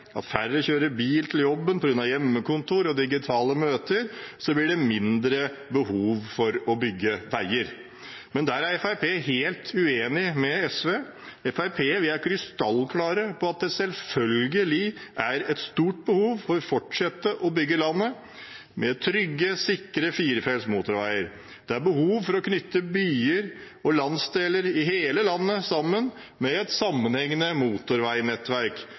at færre kjører bil til jobben på grunn av hjemmekontor og digitale møter, blir det mindre behov for å bygge veier. Men der er Fremskrittspartiet helt uenig med SV. Fremskrittspartiet er krystallklar på at det selvfølgelig er et stort behov for å fortsette å bygge landet med trygge og sikre firefelts motorveier. Det er behov for å knytte byer, landsdeler og hele landet sammen med et sammenhengende motorveinettverk,